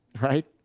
right